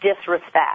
disrespect